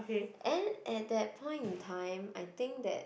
and at that point time I think that